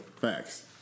Facts